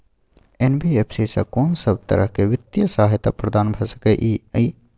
NBFC स कोन सब तरह के वित्तीय सहायता प्रदान भ सके इ? इ